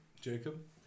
jacob